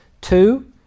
two